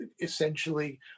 essentially